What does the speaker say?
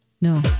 No